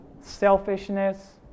selfishness